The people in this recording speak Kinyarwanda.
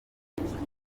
umuyobozi